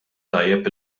tajjeb